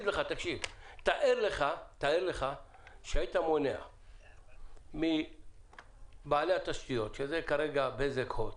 תאר לך שהיית מונע מבעלי התשתיות כרגע אלה בזק והוט,